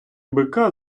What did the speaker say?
бика